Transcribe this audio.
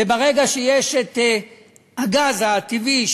וברגע שיש את הגז הטבעי,